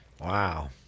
Wow